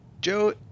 Joe